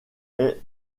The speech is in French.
est